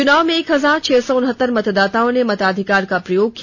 चुनाव में एक हजार छह सौ उनहत्तर मतदाताओं ने मताधिकार का प्रयोग किया